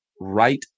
right